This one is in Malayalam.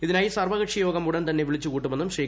ഇതിനായി സർവകക്ഷി യോഗം ഉടൻ തന്നെ വിളിച്ചുകൂട്ടുമെന്നും ശ്രീ